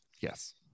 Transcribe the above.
Yes